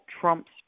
Trump's